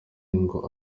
ngo